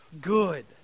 good